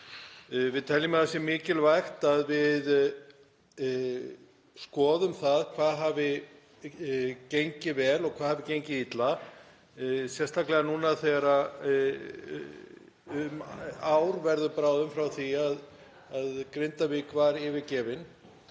Við teljum að það sé mikilvægt að við skoðum það hvað hafi gengið vel og hvað hafi gengið illa, sérstaklega núna þegar um ár verður bráðum liðið frá því að Grindavík var yfirgefin.